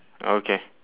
okay